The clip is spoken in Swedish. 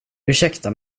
ursäkta